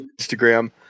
Instagram